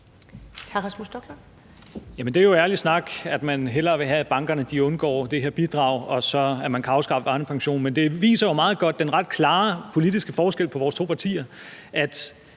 det er jo ærlig snak, at man hellere vil have, at bankerne undgår det her bidrag, og at man så kan afskaffe Arnepensionen. Men det viser jo meget godt den ret klare politiske forskel på vores to partier –